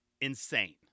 insane